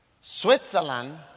Switzerland